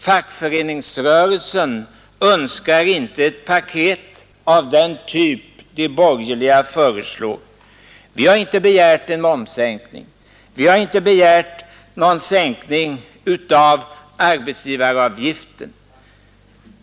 Fackföreningsrörelsen önskar inte ett paket av den typ de borgerliga föreslår. Vi har inte begärt en momssänkning. Vi har inte begärt någon sänkning av arbetsgivaravgiften.